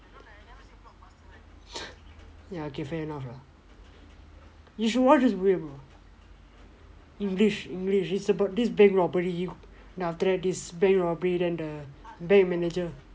okay lah fair enough lah you should watch this movie bro english english it's about this bank robbery then after that this bank robbery then the bank manager